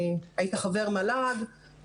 היית חבר המועצה להשכלה גבוהה,